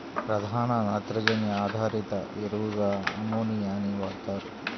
ప్రధాన నత్రజని ఆధారిత ఎరువుగా అమ్మోనియాని వాడుతారు